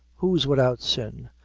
who's widout sin?